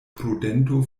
prudento